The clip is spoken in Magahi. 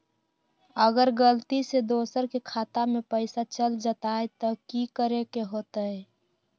अगर गलती से दोसर के खाता में पैसा चल जताय त की करे के होतय?